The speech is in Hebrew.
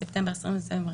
ברחבת הכותל המערבי המפעיל,